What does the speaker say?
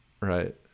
Right